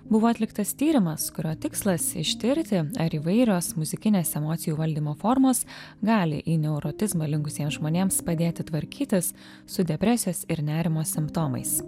buvo atliktas tyrimas kurio tikslas ištirti ar įvairios muzikinės emocijų valdymo formos gali į neurotizmą linkusiems žmonėms padėti tvarkytis su depresijos ir nerimo simptomais